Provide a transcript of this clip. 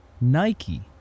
Nike